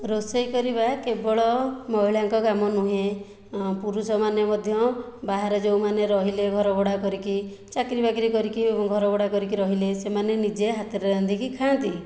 ରୋଷେଇ କରିବା କେବଳ ମହିଳାଙ୍କ କାମ ନୁହେଁ ପୁରୁଷମାନେ ମଧ୍ୟ ବାହାରେ ଯେଉଁମାନେ ରହିଲେ ଘରଭଡ଼ା କରିକି ଚାକିରି ବାକିରି କରିକି ଏବଂ ଘରଭଡ଼ା କରିକି ରହିଲେ ସେମାନେ ନିଜେ ହାତରେ ରାନ୍ଧିକି ଖାଆନ୍ତି